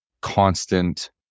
constant